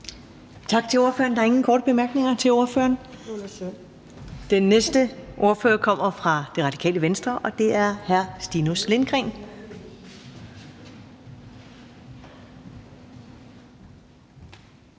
Tak til ordføreren. Der er ingen korte bemærkninger til ordføreren. Den næste ordfører kommer fra Radikale Venstre, og det er hr. Stinus Lindgreen.